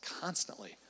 constantly